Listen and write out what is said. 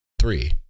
three